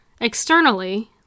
externally